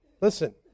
Listen